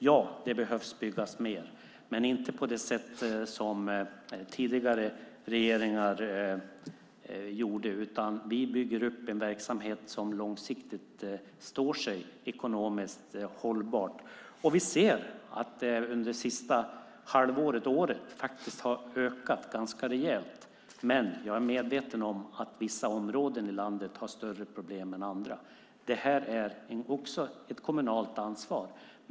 Ja, det behöver byggas mer, men inte på det sätt som tidigare regeringar gjorde. Vi bygger upp en verksamhet som står sig långsiktigt och är ekonomiskt hållbar. Under det senaste året har det ökat ganska rejält. Men jag är medveten om att vissa områden i landet har större problem än andra. Detta är också ett kommunalt ansvar.